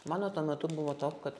mano tuo metu buvo toks kad